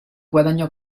guadagnò